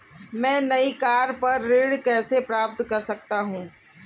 मैं नई कार पर ऋण कैसे प्राप्त कर सकता हूँ?